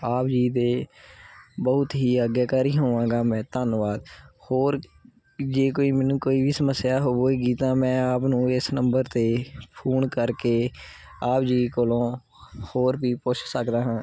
ਆਪ ਜੀ ਦੇ ਬਹੁਤ ਹੀ ਆਗਿਆਕਾਰੀ ਹੋਵਾਂਗਾ ਮੈਂ ਧੰਨਵਾਦ ਹੋਰ ਜੇ ਕੋਈ ਮੈਨੂੰ ਕੋਈ ਵੀ ਸਮੱਸਿਆ ਹੋਵੇਗੀ ਤਾਂ ਮੈਂ ਆਪ ਨੂੰ ਇਸ ਨੰਬਰ 'ਤੇ ਫੋਨ ਕਰਕੇ ਆਪ ਜੀ ਕੋਲੋਂ ਹੋਰ ਵੀ ਪੁੱਛ ਸਕਦਾ ਹਾਂ